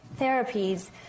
therapies